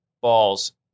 balls